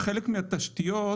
חלק מהתשתיות